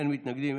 אין מתנגדים,